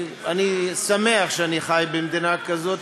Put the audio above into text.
אני שמח שאני חי במדינה כזאת,